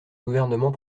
gouvernement